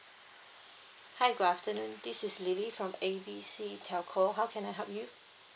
hi good afternoon this is lily from A B C telco how can I help you